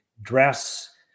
dress